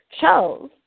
chose